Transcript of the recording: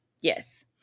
yes